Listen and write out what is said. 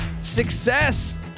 success